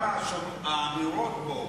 גם האמירות פה,